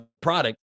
product